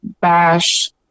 bash